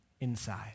inside